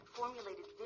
formulated